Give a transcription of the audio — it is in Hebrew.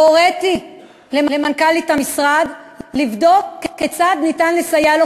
והוריתי למנכ"לית המשרד לבדוק כיצד ניתן לסייע לו,